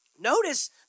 Notice